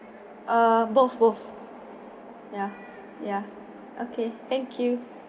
uh both both ya ya okay thank you